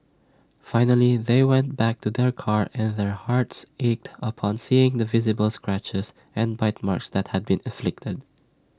finally they went back to their car and their hearts ached upon seeing the visible scratches and bite marks that had been inflicted